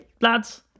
lads